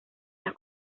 las